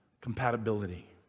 compatibility